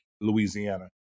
Louisiana